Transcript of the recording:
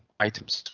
items.